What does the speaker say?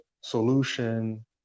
solution